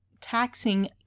taxing